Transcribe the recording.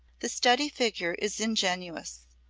the study figure is ingenious,